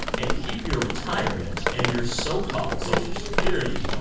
and keep your retirement and your so-called social security so